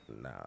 No